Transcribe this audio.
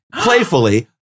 playfully